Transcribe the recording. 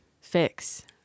fix